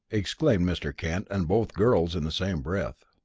exclaimed mr. kent and both girls in the same breath.